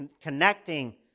connecting